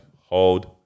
hold